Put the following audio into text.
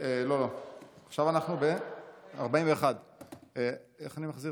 כבוד היושב-ראש, קודם כול